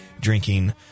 drinking